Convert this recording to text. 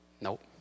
Nope